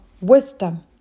wisdom